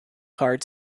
heart